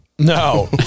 no